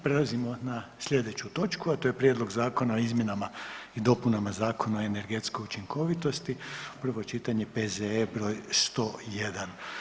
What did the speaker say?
Prelazimo na sljedeću točku a to je - Prijedlog zakona o izmjenama i dopunama Zakona o energetskoj učinkovitosti, prvo čitanje, P.Z.E. br. 101.